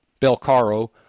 Belcaro